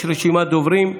יש רשימת דוברים.